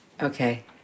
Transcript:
okay